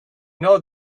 know